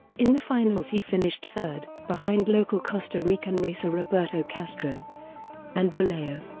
in the finals he finished third, behind local costa rican racer roberto castro and vallejo.